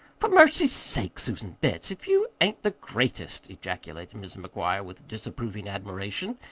for mercy's sake, susan betts, if you ain't the greatest! ejaculated mrs. mcguire, with disapproving admiration.